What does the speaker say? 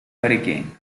hurricane